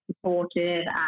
supported